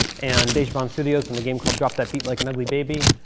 and dejobaan studios in a game called drop that beat like an ugly baby.